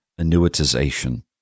annuitization